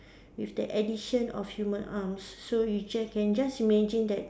with the addition of human arms so you just can just imagine that